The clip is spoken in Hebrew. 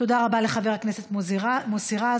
תודה רבה לחבר הכנסת מוסי רז.